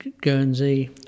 Guernsey